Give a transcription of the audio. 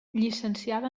llicenciada